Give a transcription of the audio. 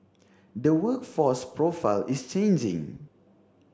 the workforce profile is changing